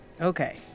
Okay